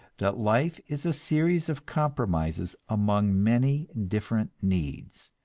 that life is a series of compromises among many different needs,